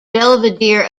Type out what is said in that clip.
belvidere